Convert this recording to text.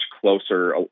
closer